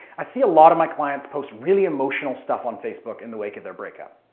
i see a lot of my clients post really emotional stuff on facebook in the wake of their breakup.